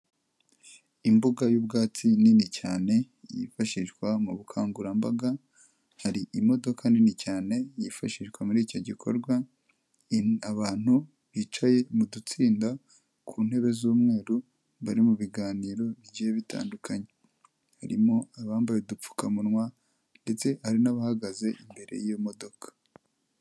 Imbuga y'ubwatsi nini cyane, yifashishwa mu bukangurambaga, hari imodoka nini cyane yifashishwa muri icyo gikorwa, abantu bicaye mu dutsinda ku ntebe z'umweru, bari mu biganiro bitandukanye. Harimo abambaye udupfukamunwa ndetse hari n'abahagaze imbere y'iyo modoka.